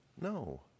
No